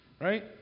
Right